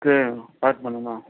சரிங்க பேக் பண்ணிடலாம்